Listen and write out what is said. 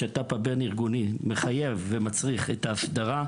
השת"פ הבין-ארגוני מחייב ומצריך את האסדרה,